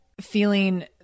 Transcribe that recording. feeling